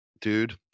dude